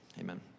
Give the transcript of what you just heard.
Amen